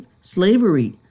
slavery